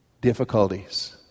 difficulties